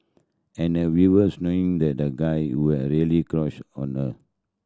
and a viewers knowing that the guy a really crush on her